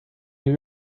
new